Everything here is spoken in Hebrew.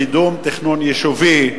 קידום הליכי תכנון יישובי)